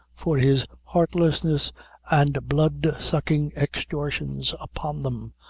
for his heartlessness and blood-sucking extortions upon them.